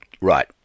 Right